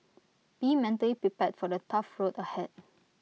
be mentally prepared for the tough road ahead